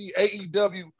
AEW